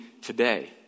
today